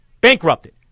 Bankrupted